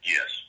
Yes